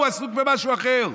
הוא עסוק במשהו אחר,